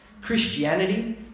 Christianity